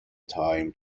تایم